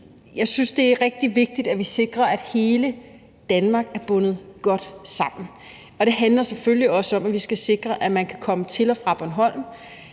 jeg synes, det er rigtig vigtigt, at vi sikrer, at hele Danmark er bundet godt sammen, og det handler selvfølgelig også om, at vi skal sikre, at man kan komme til og fra Bornholm.